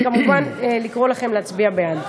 וכמובן לקרוא לכם להצביע בעד.